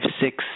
six